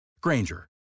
Granger